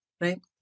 right